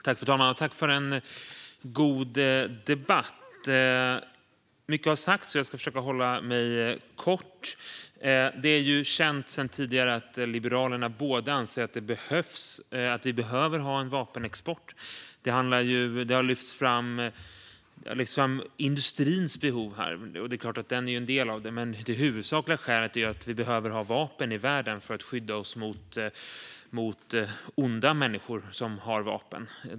Fru talman! Tack för en god debatt. Mycket har sagts. Jag ska försöka hålla mig kort. Det är känt sedan tidigare att Liberalerna anser att vi behöver ha en vapenexport. Industrins behov har lyfts fram här. Det är klart att den är en del av det. Men det huvudsakliga skälet är att vi behöver ha vapen i världen för att skydda oss mot onda människor som har vapen.